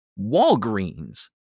Walgreens